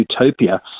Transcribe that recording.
utopia